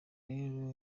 rero